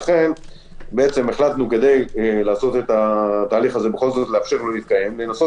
כדי לאפשר לתהליך להתקיים, החלטנו לנסות